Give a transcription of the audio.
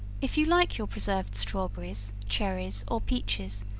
if you like your preserved strawberries, cherries, or peaches,